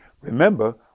Remember